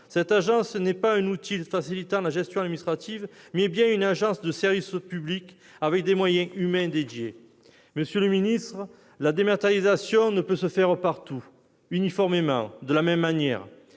Cette agence n'est pas qu'un outil facilitant la gestion administrative, mais est une agence de service public, avec des moyens humains dédiés. Monsieur le ministre, la dématérialisation ne peut se faire partout, uniformément, de la même manière.